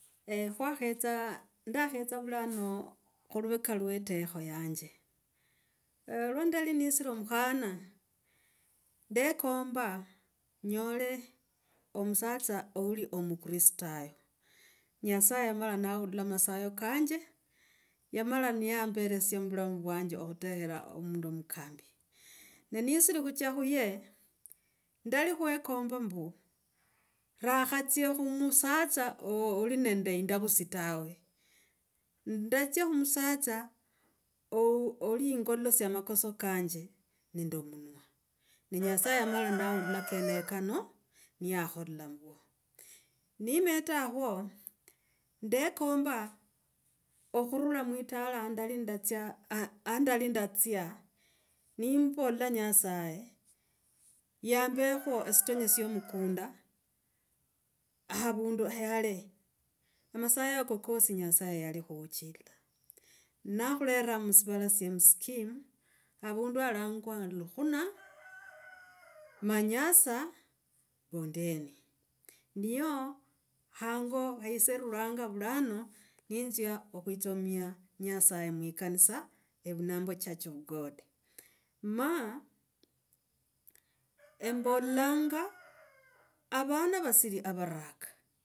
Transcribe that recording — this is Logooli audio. khwakhetsa, ndakhetsa vulano khuluveka iwe etakho yanje. wa ndali nesili omukhana, ndekomba enyole omusatsa uli omukristayo. Nyasaye yamala naula masayo kanje, yamala niyamberesia muvulamu vwanje okhutekhraa omundu omukambi. Na nisiri khucha khuye ndali khwekomba mbu naratsia khumusatsa oli nende endavusi tawe. Ndatsia khumusatsa oo olingololosia makoso kanje nende omunwa. Ne nyasaye yamaya naula kene kano, niyakhola mbwo. Nimetakhwo ndekomba okhurula mwitala ndali ndatsia, haa ndali ndatsia, nembola nyasaye yambekho esitonye sya mukunda havundu yale. Amasayo ako kosi nyasaye yali khuuchila, nakhulera musivala sya omuscheme avundu alangwa lukhuna, manyasa bondeni. Ndiyo hango wa ise irelanga vulano nenzya okhutsomia nyasaye mwikanisa evunambwa church of god. Ma, ombolanga avana vasiri avaraka.